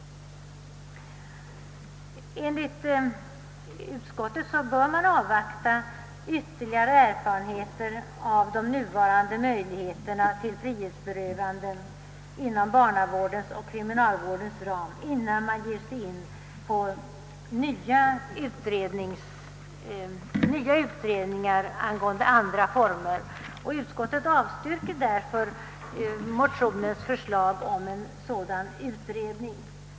Enligt utskottets mening bör man avvakta ytterligare erfarenheter av de nuvarande möjligheterna till frihetsberövanden inom barnavårdens och kriminalvårdens ram innan man igångsätter utredningar om andra former av omhändertagande. Utskottet avstyrker därför motionens förslag om en sådan utredning.